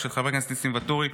הכנסת ואטורי,